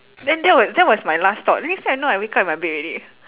then that was that was my last thought next thing I know I wake up in my bed already